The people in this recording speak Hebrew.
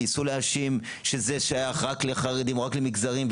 ניסו להאשים שזה שייך רק לחרדים או רק למגזרים,